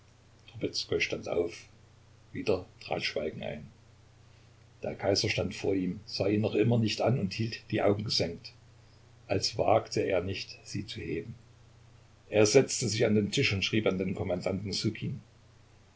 stand auf wieder trat schweigen ein der kaiser stand vor ihm sah ihn noch immer nicht an und hielt die augen gesenkt als wagte er nicht sie zu heben er setzte sich an den tisch und schrieb an den